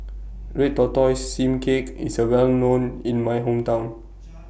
Red Tortoise Steamed Cake IS Well known in My Hometown